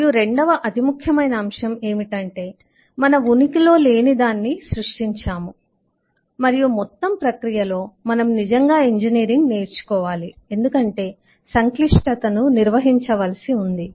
మరియు రెండవ అతి ముఖ్యమైన అంశం ఏమిటంటే మనం ఉనికిలో లేనిదాన్ని సృష్టించాము మరియు మొత్తం ప్రక్రియలో మనం నిజంగా ఇంజనీరింగ్ నేర్చుకోవాలి ఎందుకంటే సంక్లిష్టతను నిర్వహించ వలసి ఉంది